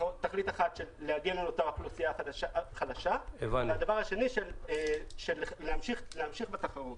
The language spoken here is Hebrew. תכלית אחת היא להגיע לאוכלוסייה חלשה והדבר השני הוא להמשיך בתחרות.